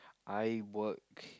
I work